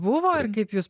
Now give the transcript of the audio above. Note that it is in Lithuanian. buvo ir kaip jus